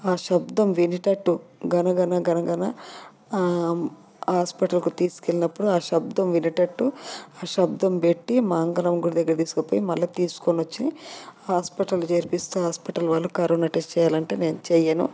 ఆ శబ్దం వినిటట్టు గనగనగనగన హాస్పిటల్కు తీసుకెళ్ళినప్పుడు ఆ శబ్దం వినేటట్టు శబ్దం పెట్టి మాంకాలమ్మ గుడి దగ్గరికి తీసుకపోయి మళ్ళీ తీసుకొని వచ్చి హాస్పిటల్లో చేర్పిస్తే హాస్పిటల్ వాళ్ళు కరోనా టెస్ట్ చేయాలంటే నేను చెయ్యను